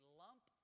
lump